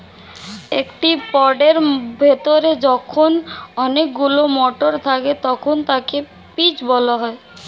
একটি পডের ভেতরে যখন অনেকগুলো মটর থাকে তখন তাকে পিজ বলা হয়